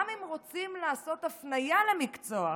גם אם רוצים לעשות הפניה למקצוע אחר,